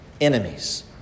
enemies